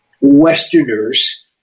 Westerners